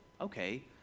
okay